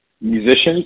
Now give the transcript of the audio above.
musicians